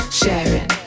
sharing